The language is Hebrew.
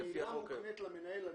היא ממילא מוקנית למנהל.